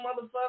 motherfucker